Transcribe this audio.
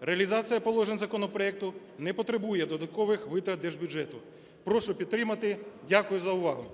Реалізація положень законопроекту не потребує додаткових витрат держбюджету. Прошу підтримати. Дякую за увагу.